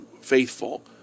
faithful